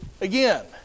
again